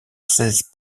seize